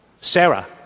Sarah